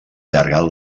allargada